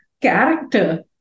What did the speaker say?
character